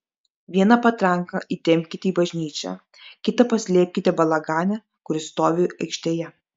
vieną patranką įtempkite į bažnyčią kitą paslėpkite balagane kuris stovi aikštėje